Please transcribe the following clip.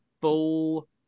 full